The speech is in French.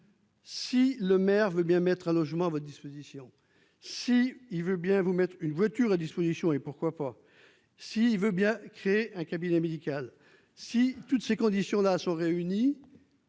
Si le maire veut bien mettre un logement à votre disposition si il veut bien vous mettre une voiture à disposition et, pourquoi pas, si il veut bien créer un cabinet médical si toutes ces conditions là sont réunis.